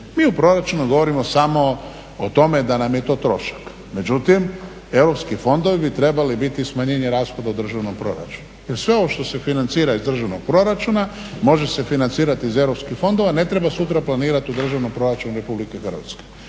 Mi u proračunu govorimo samo o tome da nam je to trošak. Međutim, europski fondovi bi trebali biti smanjenje rashoda u državnom proračunu. Jer sve ovo što se financira iz državnog proračuna može se financirati iz europskih fondova, ne treba sutra planirati u Državnom proračunu RH. Pa kad